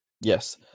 Yes